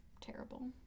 terrible